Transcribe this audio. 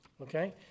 Okay